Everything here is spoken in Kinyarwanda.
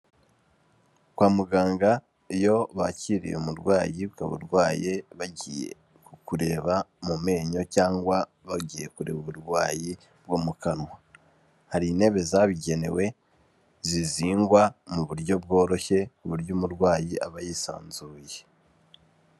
Kwa muganga iyo bakiriye umurwayi ukaba urwaye bagiye kukureba mu menyo cyangwa bagiye kureba uburwayi bwo mu kanwa, hari intebe zabigenewe zizingwa mu buryo bworoshye ku uburyo umurwayi aba yisanzuye.